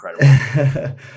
incredible